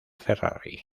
ferrari